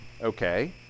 okay